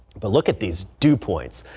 but look at these dew points.